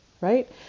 Right